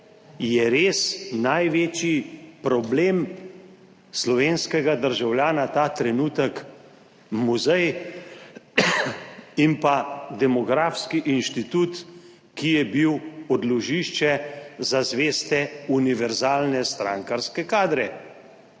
Je res največji problem slovenskega državljana ta trenutek muzej in pa demografski inštitut, ki je bil odložišče za zveste univerzalne strankarske kadre?